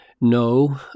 No